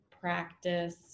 practice